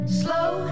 slow